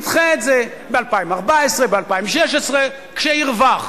נדחה את זה, ב-2014, ב-2016, כשירווח.